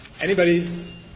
Anybody's